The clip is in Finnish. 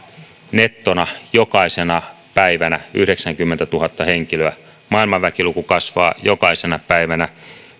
nettona jokaisena päivänä yhdeksänkymmentätuhatta henkilöä maailman väkiluku kasvaa jokaisena päivänä